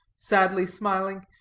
sadly smiling,